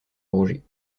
roger